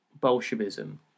Bolshevism